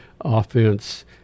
offense